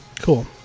Cool